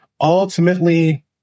Ultimately